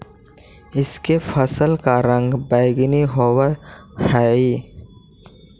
इसके फल का रंग बैंगनी होवअ हई